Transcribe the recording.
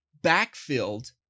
backfilled